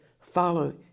follow